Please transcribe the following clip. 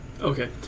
Okay